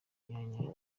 myanya